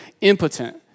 impotent